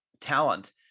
talent